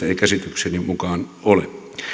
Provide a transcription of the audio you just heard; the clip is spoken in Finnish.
ei käsitykseni mukaan ole